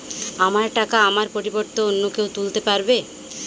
আমার টাকা আমার পরিবর্তে অন্য কেউ তুলতে পারবে?